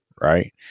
Right